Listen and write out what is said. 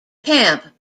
camp